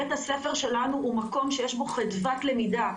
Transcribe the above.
בית הספר שלנו הוא מקום שיש בו חדוות למידה.